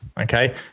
Okay